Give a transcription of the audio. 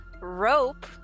rope